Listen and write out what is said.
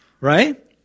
right